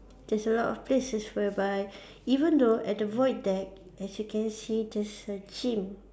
there's a lot of places whereby even though at the void deck as you can see there's a gym